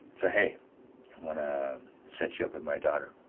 so hey, i wanna set you up with my daughter.